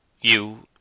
You